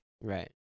Right